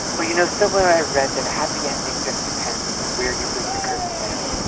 well, you know, somewhere i read that a happy ending just depends on where you bring the curtain down.